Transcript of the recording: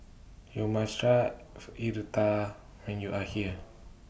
YOU must Try when YOU Are here